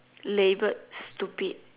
labelled stupid